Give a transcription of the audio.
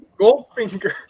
goldfinger